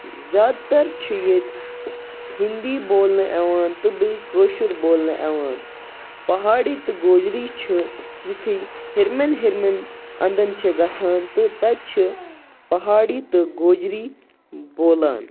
زیادٕ تَر چھِ ییٚتہِ ہِندی بولنہٕ یِوان تہٕ بیٚیہِ کٲشُر بولنہٕ یِیوان پہاڑی تہٕ گوجری چھُ یُتھٕے ہیٚرمٮ۪ن ہیٚرمٮ۪ن اَندَن چھِ گَژھان تہٕ تَتہِ چھِ پہاڑی تہٕ گوجری بولان